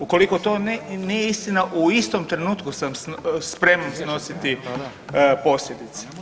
Ukoliko to nije istina, u istom trenutku sam spreman snositi posljedice.